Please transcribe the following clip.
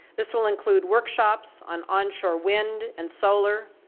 this will include workshops on onshore wind and solar,